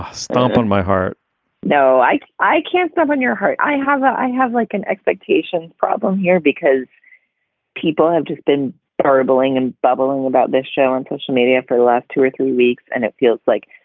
ah stomp on my heart no, i. i can't step on your heart. i have i have like an expectations problem here, because people have just been ah scribbling and babbling about this show on social media for the last two or three weeks. and it feels like,